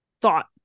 thought